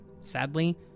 Sadly